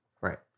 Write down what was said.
Right